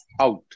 out